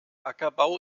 ackerbau